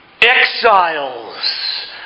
exiles